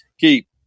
keep